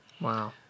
Wow